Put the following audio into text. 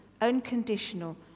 unconditional